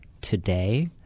today